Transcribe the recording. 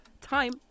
time